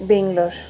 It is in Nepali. बेङ्गलोर